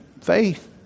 faith